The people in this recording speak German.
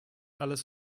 alles